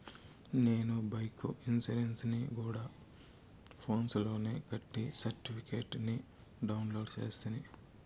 నేను బైకు ఇన్సూరెన్సుని గూడా ఫోన్స్ లోనే కట్టి సర్టిఫికేట్ ని డౌన్లోడు చేస్తిని